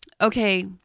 Okay